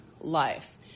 life